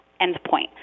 endpoint